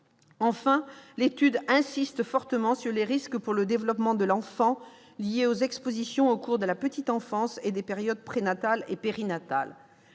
Enfin, l'étude insiste fortement sur les risques pour le développement de l'enfant liés aux expositions au cours de la petite enfance et des périodes prénatale et périnatale.